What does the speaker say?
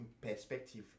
perspective